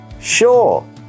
Sure